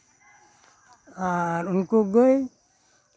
ᱟᱨ ᱩᱱᱠᱩ ᱜᱟᱹᱭ